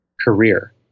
career